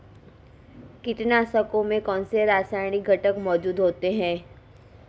कीटनाशकों में कौनसे रासायनिक घटक मौजूद होते हैं?